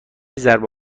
ضربه